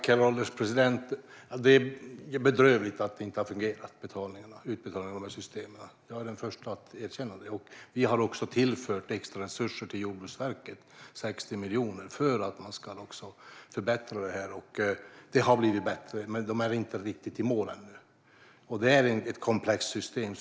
Herr ålderspresident! Det är bedrövligt att dessa utbetalningar och system inte har fungerat; jag är den första att erkänna det. Vi har tillfört 60 miljoner i extra resurser till Jordbruksverket för att man ska förbättra detta. Det har blivit bättre, men man är inte riktigt i mål ännu. Det är ett komplext system.